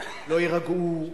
לא יירגעו,